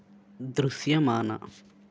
దృశ్యమాన